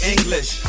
English